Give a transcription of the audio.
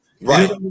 Right